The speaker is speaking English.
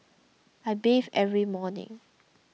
I bathe every morning